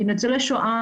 כי ניצולי שואה,